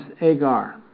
Agar